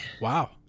Wow